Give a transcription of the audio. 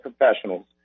professionals